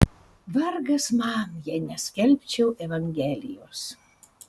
vargas man jei neskelbčiau evangelijos